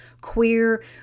queer